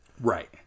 Right